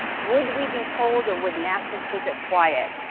would we be told or would nasa keep it quiet?